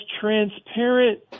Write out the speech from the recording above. transparent